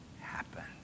happen